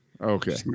Okay